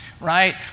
right